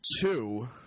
Two